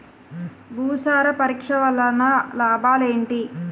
భూసార పరీక్ష వలన లాభాలు ఏంటి?